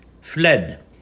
fled